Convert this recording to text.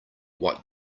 what